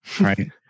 Right